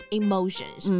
emotions